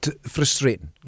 frustrating